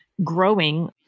growing